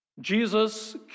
Jesus